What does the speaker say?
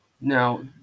Now